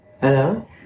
Hello